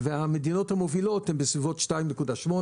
והמדינות המובילות הם בסביבות 2.8